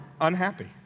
unhappy